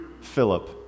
Philip